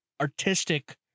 artistic